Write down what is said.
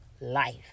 Life